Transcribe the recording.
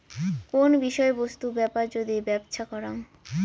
কোন বিষয় বস্তু বেপার যদি ব্যপছা করাং